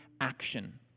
action